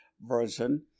version